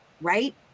right